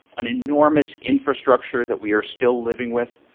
an enormous infrastructure that we are still living with.